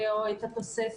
או את התוספת.